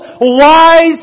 wise